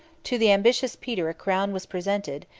to the ambitious peter a crown was presented,